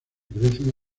crecen